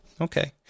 Okay